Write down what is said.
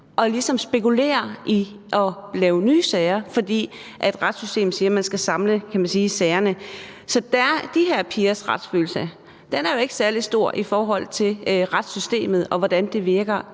spekulerer i at lave nye sager, fordi retssystemet siger, at man – kan man sige – skal samle sagerne. Så de her pigers retsfølelse er jo ikke særlig stor, i forhold til retssystemet og hvordan det virker